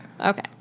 Okay